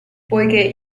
poiché